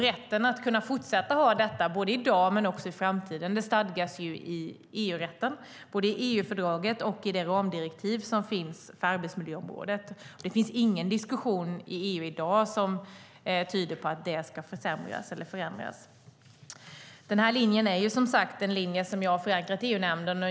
Rätten att kunna fortsätta att ha detta också i framtiden stadgas i EU-rätten, både i EU-fördraget och i det ramdirektiv som finns för arbetsmiljöområdet. Det finns ingen diskussion i EU i dag som tyder på att det ska försämras eller förändras. Den här linjen har jag, som sagt, förankrat i EU-nämnden.